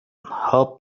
help